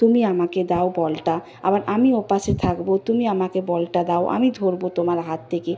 তুমি আমাকে দাও বলটা আবার আমি ওপাশে থাকব তুমি আমাকে বলটা দাও আমি ধরব তোমার হাত থেকে